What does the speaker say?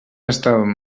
estàvem